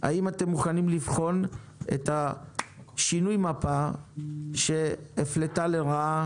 האם אתם מוכנים לבחון את שינוי המפה שהפלתה לרעה